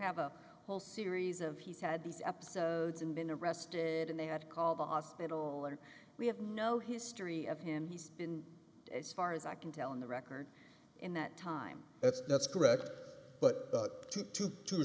have a whole series of he's had these episodes and been arrested and they had to call the hospital or we have no history of him he's been as far as i can tell on the record in that time that's that's correct but two to two